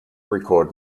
record